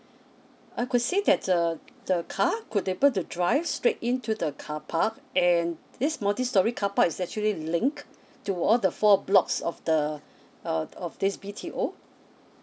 I could see that uh the car could be able to drive straight into the car park and this multistorey carpark is actually linked to all the four blocks of the uh of this B_T_O